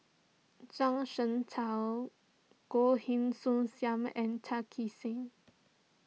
Zhuang Shengtao Goh Heng Soon Sam and Tan Kee Sek